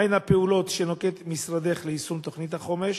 מהן הפעולות שנוקט משרדך ליישום תוכנית החומש?